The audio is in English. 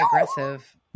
aggressive